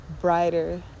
brighter